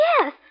Yes